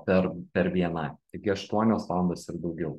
per per bni taigi aštuonios valandos ir daugiau